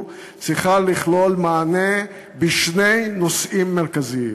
צריכה לכלול מענה בשני נושאים מרכזיים: